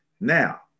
Now